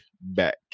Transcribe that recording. back